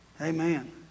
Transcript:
Amen